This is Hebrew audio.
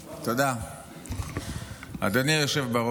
תרגומם: אזרחים יקרים,